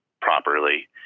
properly